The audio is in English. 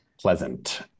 Pleasant